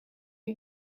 you